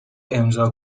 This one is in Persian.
امضا